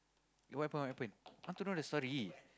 what happen what happen I want to know the story